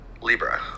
libra